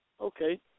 Okay